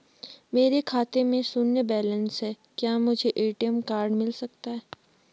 मेरे खाते में शून्य बैलेंस है क्या मुझे ए.टी.एम कार्ड मिल सकता है?